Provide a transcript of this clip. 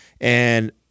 And-